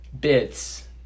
bits